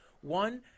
One